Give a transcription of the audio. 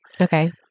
Okay